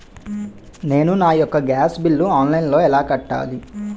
నేను నా యెక్క గ్యాస్ బిల్లు ఆన్లైన్లో ఎలా కట్టాలి?